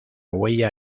huella